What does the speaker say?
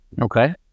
Okay